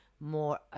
more